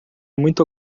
muito